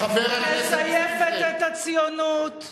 חבר הכנסת נסים זאב.